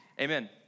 amen